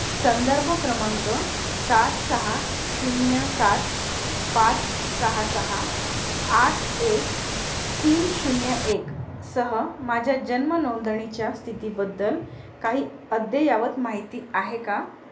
संदर्भ क्रमांक सात सहा शून्य सात पाच सहा सहा आठ एक तीन शून्य एकसह माझ्या जन्म नोंदणीच्या स्थितीबद्दल काही अद्ययावत माहिती आहे का